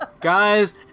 Guys